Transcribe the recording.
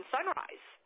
Sunrise